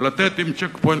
ולתת עם check point,